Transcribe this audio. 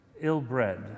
ill-bred